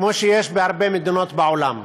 כמו שיש בהרבה מדינות בעולם.